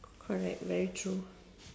correct very true